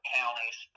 counties